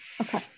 Okay